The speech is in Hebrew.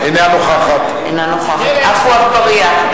אינה נוכחת עפו אגבאריה,